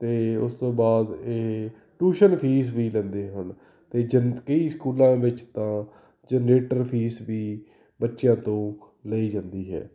ਅਤੇ ਉਸ ਤੋਂ ਬਾਅਦ ਇਹ ਟਿਊਸ਼ਨ ਫੀਸ ਵੀ ਲੈਂਦੇ ਹਨ ਅਤੇ ਜਦ ਕਈ ਸਕੂਲਾਂ ਵਿੱਚ ਤਾਂ ਜਨਰੇਟਰ ਫੀਸ ਵੀ ਬੱਚਿਆਂ ਤੋਂ ਲਈ ਜਾਂਦੀ ਹੈ